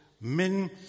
men